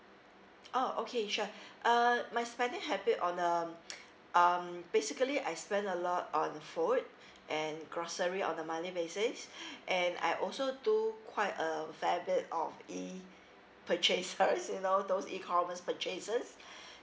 oh okay sure uh my spending habit on um um basically I spend a lot on food and grocery on a monthly basis and I also do quite a fair bit of E purchases you know those E commerce purchases